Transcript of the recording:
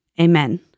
Amen